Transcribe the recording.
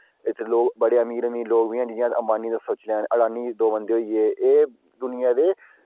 इत्थै बड़े अमीर अमीर लोग बी हैन जियां अम्बानी सोची लैन अम्बानी दे दो बंदे होइये एह् दुनियां दे